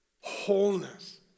wholeness